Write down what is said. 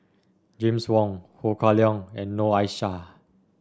James Wong Ho Kah Leong and Noor Aishah